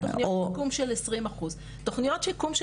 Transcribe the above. תוכניות שיקום של 20 אחוז, כל מי